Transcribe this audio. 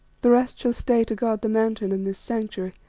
the rest shall stay to guard the mountain and this sanctuary.